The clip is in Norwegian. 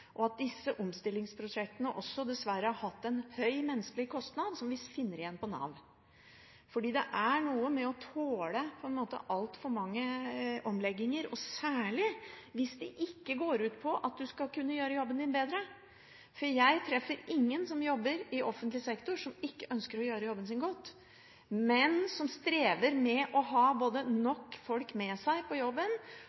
og at disse omstillingsprosjektene også dessverre har hatt en høy menneskelig kostnad som vi finner igjen på Nav. For det er noe med det å tåle altfor mange omlegginger, særlig hvis de ikke går ut på at du skal kunne gjøre jobben din bedre. Jeg treffer ingen som jobber i offentlig sektor, som ikke ønsker å gjøre jobben sin godt, men de strever med å ha både